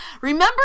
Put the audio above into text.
Remember